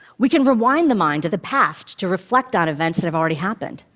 we can rewind the mind to the past to reflect on events that have already happened,